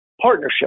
partnership